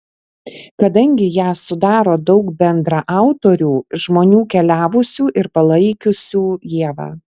kadangi ją sudaro daug bendraautorių žmonių keliavusių ir palaikiusių ievą